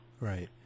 right